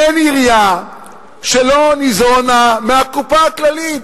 אין עירייה שלא ניזונה מהקופה הכללית.